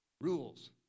Rules